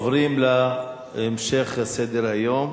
עוברים להמשך סדר-היום,